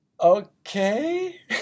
Okay